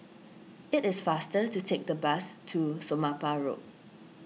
it is faster to take the bus to Somapah Road